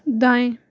दाएं